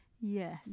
Yes